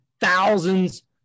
thousands